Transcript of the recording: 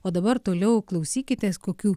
o dabar toliau klausykitės kokių